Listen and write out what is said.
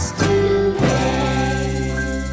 today